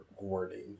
wording